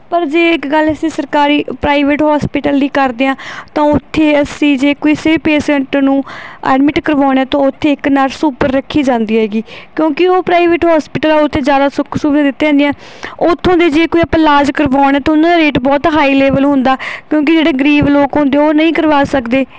ਪਰ ਜੇ ਇੱਕ ਗੱਲ ਅਸੀਂ ਸਰਕਾਰੀ ਪ੍ਰਾਈਵੇਟ ਹੋਸਪੀਟਲ ਦੀ ਕਰਦੇ ਹਾਂ ਤਾਂ ਉੱਥੇ ਅਸੀਂ ਜੇ ਕਿਸੇ ਪੇਸੰਟ ਨੂੰ ਐਡਮਿੰਟ ਕਰਵਾਉਣਾ ਤਾਂ ਉੱਥੇ ਇੱਕ ਨਰਸ ਉੱਪਰ ਰੱਖੀ ਜਾਂਦੀ ਹੈਗੀ ਕਿਉਂਕਿ ਉਹ ਪ੍ਰਾਈਵੇਟ ਹੋਸਪੀਟਲ ਆ ਉੱਥੇ ਜ਼ਿਆਦਾ ਸੁੱਖ ਸੁਵਿਧਾ ਦਿੱਤੀਆਂ ਜਾਂਦੀਆਂ ਉੱਥੋਂ ਦੇ ਜੇ ਕੋਈ ਆਪਾਂ ਇਲਾਜ ਕਰਵਾਉਣਾ ਤਾਂ ਉਹਨਾਂ ਦਾ ਰੇਟ ਬਹੁਤ ਹਾਈ ਲੇਵਲ ਹੁੰਦਾ ਕਿਉਂਕਿ ਜਿਹੜੇ ਗਰੀਬ ਲੋਕ ਹੁੰਦੇ ਉਹ ਨਹੀਂ ਕਰਵਾ ਸਕਦੇ